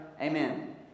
Amen